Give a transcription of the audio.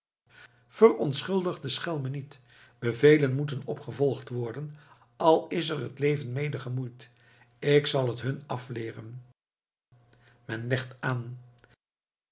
verontschuldig de schelmen niet bevelen moeten opgevolgd worden al is er het leven mede gemoeid ik zal het hun afleeren men legt aan